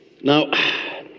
Now